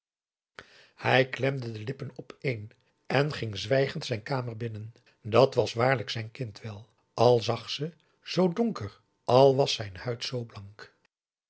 hij klemde de lippen opeen en ging zwijgend zijn kamer binnen dat was waarlijk zijn kind wel al zag ze zoo donker en al was zijn huid